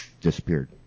disappeared